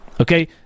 Okay